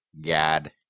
gad